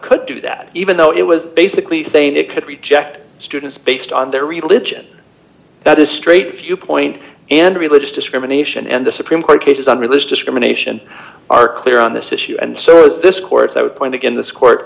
could do that even though it was basically saying it could reject students based on their religion that is straight viewpoint and religious discrimination and the supreme court cases on religious discrimination are clear on this issue and serves this court's i would point again this court